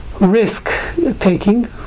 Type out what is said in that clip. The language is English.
risk-taking